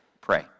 pray